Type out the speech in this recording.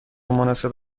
مناسب